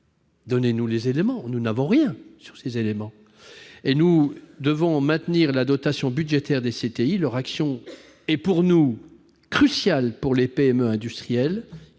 donnez-nous les éléments ! Nous n'avons rien à ce sujet. Nous devons maintenir la dotation budgétaire des CTI ; leur action est, selon nous, cruciale pour les PME industrielles.